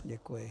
Děkuji.